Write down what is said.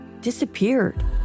disappeared